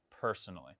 personally